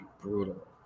brutal